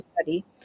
study